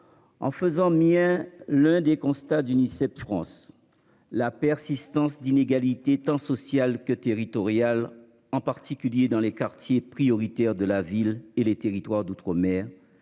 En faisant mien l'un des constats d'UNICEF France. La persistance d'inégalités tant sociales que territoriales en particulier dans les quartiers prioritaires de la ville et les territoires d'outre-mer